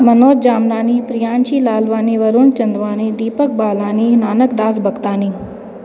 Manoj Jamnani Priyanshi Lalwani Varun Chandwani Deepak Balani Nanak Das Bhagtani